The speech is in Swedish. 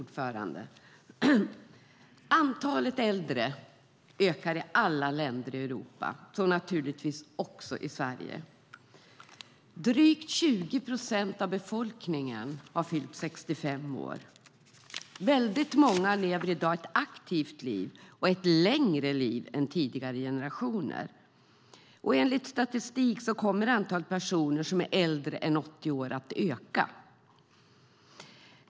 Herr talman! Antalet äldre ökar i alla länder i Europa och naturligtvis också i Sverige. Drygt 20 procent av befolkningen har fyllt 65 år. Många lever i dag ett aktivt liv och ett längre liv än tidigare generationer. Enligt statistik kommer antalet personer som är äldre än 80 år att öka.